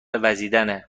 وزیدنه